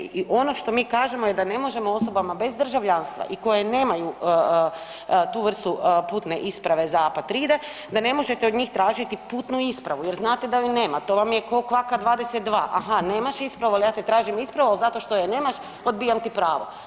I ono što mi kažemo je da ne možemo osobama bez državljanstva i koje nemaju tu vrstu putne isprave za apatride da ne možete od njih tražiti putnu ispravu jer znate da ju nema, to vam je ko kvaka 22, aha nemaš ispravu, al ja te tražim ispravu, al zato što je nemaš odbijam ti pravo.